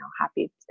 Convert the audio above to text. happy